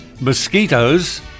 Mosquitoes